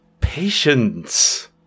Patience